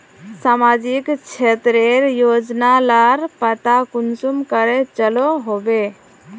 सामाजिक क्षेत्र रेर योजना लार पता कुंसम करे चलो होबे?